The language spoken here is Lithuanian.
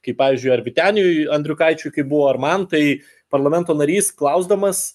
kaip pavyzdžiui ar vyteniui andriukaičiui kai buvo ar man tai parlamento narys klausdamas